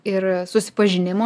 ir susipažinimo